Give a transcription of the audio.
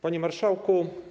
Panie Marszałku!